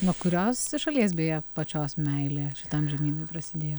nuo kurios šalies beje pačios meilė šitam žemynui prasidėjo